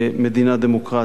במדינה דמוקרטית,